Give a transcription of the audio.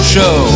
Show